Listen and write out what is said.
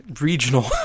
regional